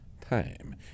time